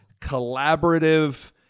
collaborative